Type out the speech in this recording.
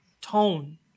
tone